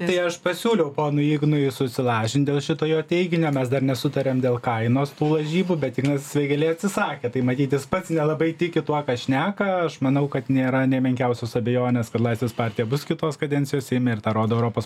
tai aš pasiūliau ponui ignui susilažint dėl šito jo teiginio mes dar nesutarėm dėl kainos tų lažybų bet ignas vėgėlė atsisakė tai matyt jis pats nelabai tiki tuo ką šneka aš manau kad nėra nė menkiausios abejonės kad laisvės partija bus kitos kadencijos seime ir tą rodo europos